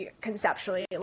conceptually